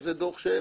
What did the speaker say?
שזה דוח למקצוענים.